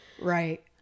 Right